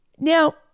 Now